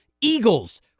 Eagles